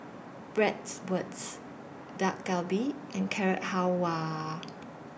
Bratwurst Dak Galbi and Carrot Halwa